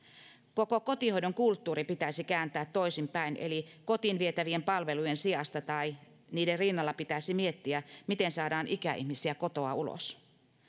koko kotihoidon kulttuuri pitäisi kääntää toisin päin eli kotiin vietävien palvelujen sijasta tai niiden rinnalla pitäisi miettiä miten saadaan ikäihmisiä kotoa ulos